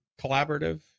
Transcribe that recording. collaborative